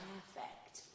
Perfect